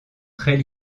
très